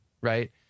right